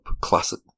classic